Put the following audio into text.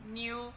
new